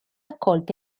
accolta